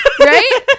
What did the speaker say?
right